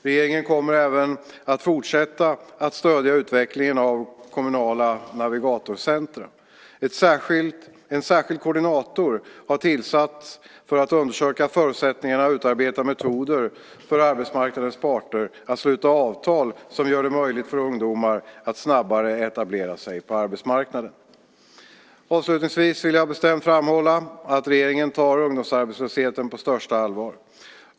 Regeringen kommer även att fortsätta att stödja utvecklingen av kommunala navigatorscentrum. En särskild koordinator har tillsatts för att undersöka förutsättningarna och utarbeta metoder för arbetsmarknadens parter att sluta avtal som gör det möjligt för ungdomar att snabbare etablera sig på arbetsmarknaden. Avslutningsvis vill jag bestämt framhålla att regeringen tar ungdomsarbetslösheten på största allvar.